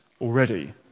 already